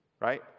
right